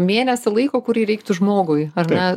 mėnesį laiko kurį reiktų žmogui ar ne